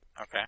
Okay